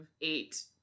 eight